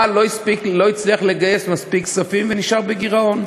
אבל לא הצליח לגייס מספיק כספים ונשאר בגירעון.